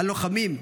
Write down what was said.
כשהלוחמים,